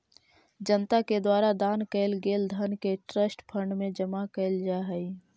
जनता के द्वारा दान कैल गेल धन के ट्रस्ट फंड में जमा कैल जा हई